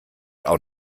auch